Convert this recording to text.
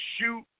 shoot